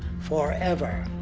forever!